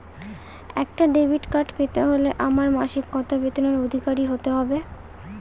একটা debit card পেতে হলে আমার মাসিক কত বেতনের অধিকারি হতে হবে?